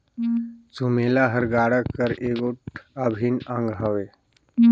सुमेला हर गाड़ा कर एगोट अभिन अग हवे